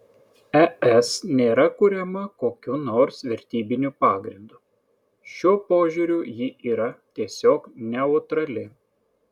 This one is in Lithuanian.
es nėra kuriama kokiu nors vertybiniu pagrindu šiuo požiūriu ji yra tiesiog neutrali